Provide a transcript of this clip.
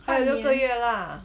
还有六个月 lah